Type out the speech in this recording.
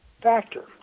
factor